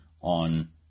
on